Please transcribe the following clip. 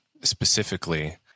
specifically